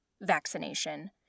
vaccination